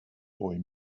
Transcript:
boy